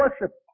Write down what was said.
worship